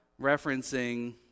referencing